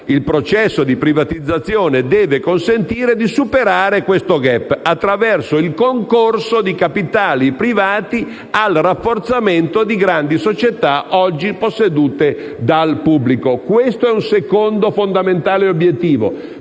Il processo di privatizzazione deve consentire di superare questo *gap*, attraverso il concorso di capitali privati al rafforzamento di grandi società oggi possedute dal pubblico. Questo è un secondo, fondamentale obiettivo.